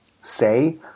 say